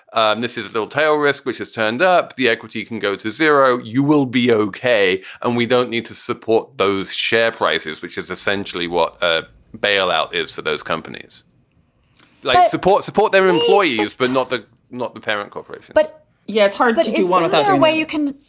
and this is a little tail risk which has turned up up the equity. you can go to zero. you will be okay. and we don't need to support those share prices, which is essentially what a bailout is for those companies like support support their employees, but not the not the parent corporation but yeah, it's hard, but he's one of the other way you can.